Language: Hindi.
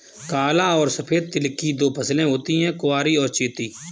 काला और सफेद तिल की दो फसलें होती है कुवारी और चैती